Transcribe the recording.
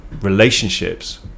relationships